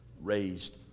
raised